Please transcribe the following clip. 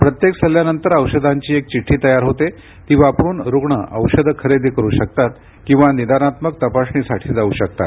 प्रत्येक सल्ल्यानंतर औषधांची एक चिट्डी तयार होते ती वापरुन रुग्ण औषधं खरेदी करु शकतात किंवा निदानात्मक तपासणीसाठी जाऊ शकतात